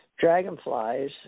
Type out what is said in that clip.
dragonflies